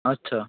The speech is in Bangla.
আচ্ছা